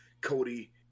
Cody